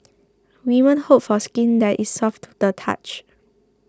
women hope for skin that is soft to the touch